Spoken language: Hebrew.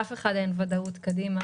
לאף אחד אין ודאות קדימה